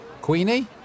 Queenie